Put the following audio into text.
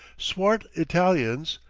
swart italians,